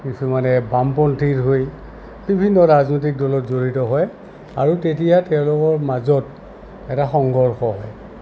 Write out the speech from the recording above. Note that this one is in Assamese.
কিছুমানে বামপন্থীৰ হৈ বিভিন্ন ৰাজনৈতিক দলত জড়িত হয় আৰু তেতিয়া তেওঁলোকৰ মাজত এটা সংঘৰ্ষ হয়